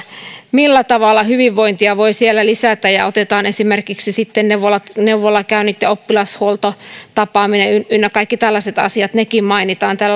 millä tavalla hyvinvointia voi siellä lisätä ja otetaan esimerkiksi sitten neuvolakäynnit ja oppilashuoltotapaamiset ynnä kaikki tällaiset asiat nekin mainitaan tässä